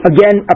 Again